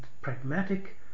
pragmatic